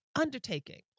undertaking